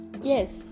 yes